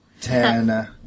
ten